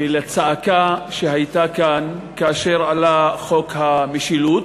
ולצעקה שהיו כאן כאשר עלה חוק המשילות,